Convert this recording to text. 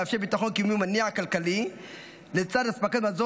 מאפשר ביטחון כמניע כלכלי לצד אספקת מזון